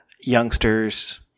youngsters